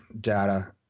data